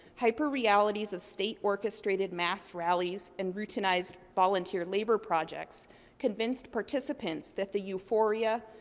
hyperrealities of state-orchestrated mass rallies and routinized volunteer labor projects convinced participants that the euphoria,